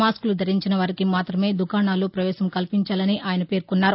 మాస్కులు ధరించిన వారికి మాత్రమే దుకాణాల్లో ప్రవేశం కల్పించాలని ఆయన పేర్కొన్నారు